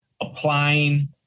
applying